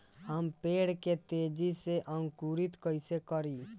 हम पेड़ के तेजी से अंकुरित कईसे करि?